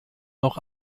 noch